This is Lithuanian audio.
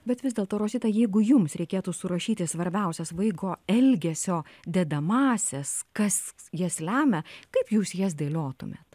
bet vis dėlto rosita jeigu jums reikėtų surašyti svarbiausias vaiko elgesio dedamąsias kas jas lemia kaip jūs jas dėliotumėmet